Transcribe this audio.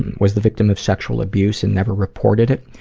and was the victim of sexual abuse and never reported it.